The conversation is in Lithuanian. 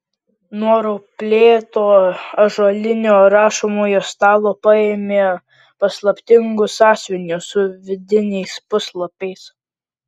nuo rauplėto ąžuolinio rašomojo stalo paėmė paslaptingus sąsiuvinius su vidiniais puslapiais